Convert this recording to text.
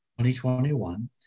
2021